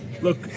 Look